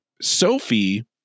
Sophie